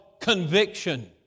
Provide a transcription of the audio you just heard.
conviction